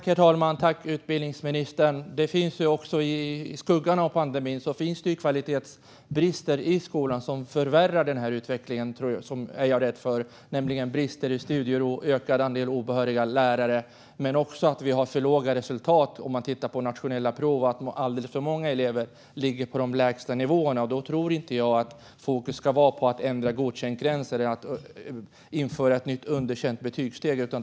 Herr talman! Tack, utbildningsministern, för svaret! Det finns också i skuggan av pandemin kvalitetsbrister i skolan som jag är rädd förvärrar denna utveckling, nämligen brister i studiero och ökad andel obehöriga lärare. Men det handlar också om att vi har för låga resultat om man tittar på de nationella proven, där alltför många elever ligger på de lägsta nivåerna. Jag tror inte att fokus då ska vara på att ändra gränser för godkänt eller att införa ett nytt underkänt betygssteg.